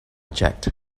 checked